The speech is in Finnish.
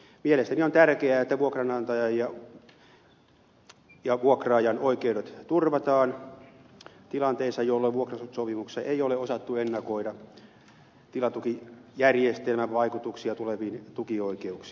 mielestäni on tärkeää että vuokranantajan ja vuokraajan oikeudet turvataan tilanteessa jolloin vuokrasopimuksessa ei ole osattu ennakoida tilatukijärjestelmän vaikutuksia tuleviin tukioikeuksiin